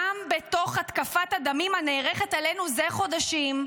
גם בתוך התקפת הדמים הנערכת עלינו זה חודשים,